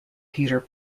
peter